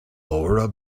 laura